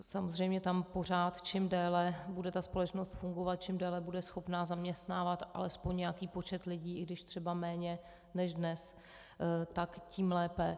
Samozřejmě tam pořád, čím déle bude ta společnost fungovat, čím déle bude schopna zaměstnávat alespoň nějaký počet lidí, i když třeba méně než dnes, tak tím lépe.